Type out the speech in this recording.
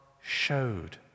showed